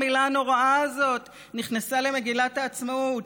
המילה הנוראה הזאת נכנסה למגילת העצמאות.